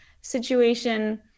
situation